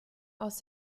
aus